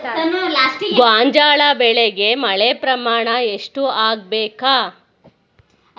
ಗೋಂಜಾಳ ಬೆಳಿಗೆ ಮಳೆ ಪ್ರಮಾಣ ಎಷ್ಟ್ ಆಗ್ಬೇಕ?